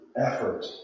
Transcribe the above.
effort